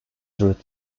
through